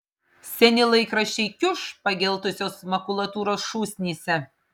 seni laikraščiai kiuš pageltusios makulatūros šūsnyse